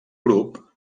grup